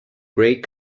great